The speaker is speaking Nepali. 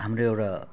हाम्रो एउटा